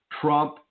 Trump